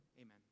Amen